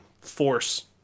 force